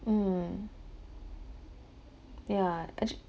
mm yeah actu~